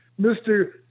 Mr